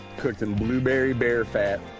cooked in blueberry bear fat